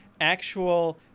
actual